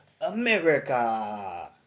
America